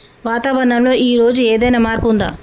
వాతావరణం లో ఈ రోజు ఏదైనా మార్పు ఉందా?